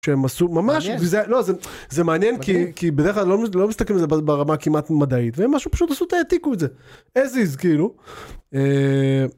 שהם עשו ממש, וזה... לא, זה זה מעניין כי, כי בדרך כלל לא מסתכלים על זה ברמה הכמעט מדעית, והם, מה שפשוט עשו העתיקו את זה, as is כאילו.